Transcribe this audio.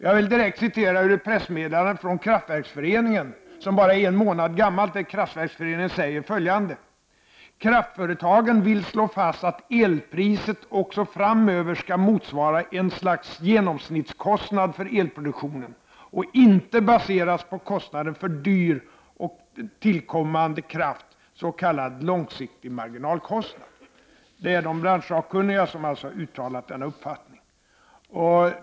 Jag citerar direkt ur ett pressmeddelande från Kraftverksföreningen, bara en månad gammalt: ”Kraftföretagen vill slå fast att elpriset också framöver skall motsvara ett slags genomsnittskostnad för elproduktionen, och inte baseras på kostnaden för dyr och tillkommande kraft, s.k. långsiktig marginalkostnad.” Det är alltså de branschsakkunniga som har uttalat denna uppfattning.